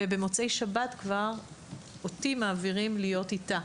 וכבר במוצאי שבת מעבירים אותי להיות איתה,